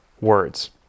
words